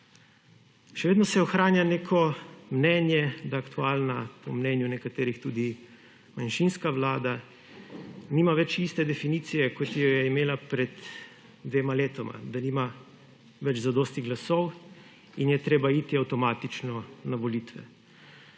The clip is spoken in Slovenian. Še vedno se ohranja neko mnenje, da aktualna, po mnenju nekaterih tudi manjšinska vlada, nima več iste definicije, kot jo je imela pred dvema letoma. Da nima več zadosti glasov in je treba iti avtomatično na volitve.